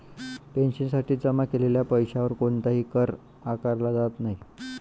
पेन्शनसाठी जमा केलेल्या पैशावर कोणताही कर आकारला जात नाही